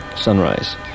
Sunrise